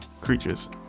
creatures